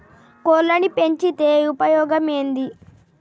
కోళ్లని పెంచితే ఉపయోగం ఏంది?